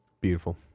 Beautiful